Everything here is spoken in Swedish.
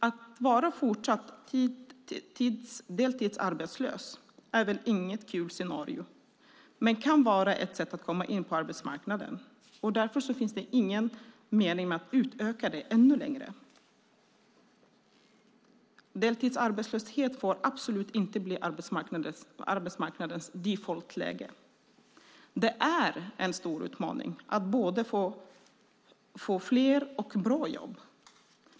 Att vara fortsatt deltidsarbetslös är väl inget kul scenario, men det kan vara ett sätt komma in på arbetsmarknaden. Därför finns det ingen mening med att utöka det ännu mer. Deltidsarbetslöshet får absolut inte bli arbetsmarknadens defaultläge. Det är en stor utmaning att få både fler och bra jobb.